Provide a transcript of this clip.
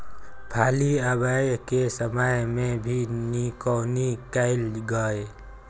फली आबय के समय मे भी निकौनी कैल गाय?